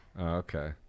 okay